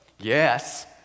Yes